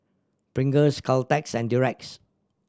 Pringles Caltex and Durex